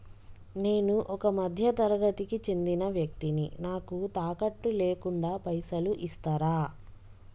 నేను ఒక మధ్య తరగతి కి చెందిన వ్యక్తిని నాకు తాకట్టు లేకుండా పైసలు ఇస్తరా?